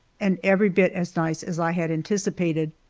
and every bit as nice as i had anticipated.